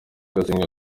gasigwa